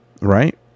right